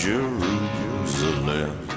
Jerusalem